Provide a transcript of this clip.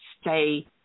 stay